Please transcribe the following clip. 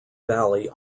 valley